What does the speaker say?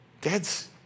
dads